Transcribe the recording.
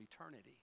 eternity